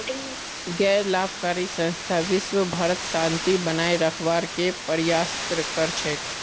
गैर लाभकारी संस्था विशव भरत शांति बनए रखवार के प्रयासरत कर छेक